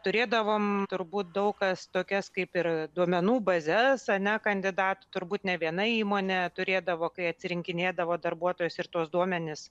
turėdavom turbūt daug kas tokias kaip ir duomenų bazes ane kandidatų turbūt ne viena įmonė turėdavo kai atrinkinėdavo darbuotojus ir tuos duomenis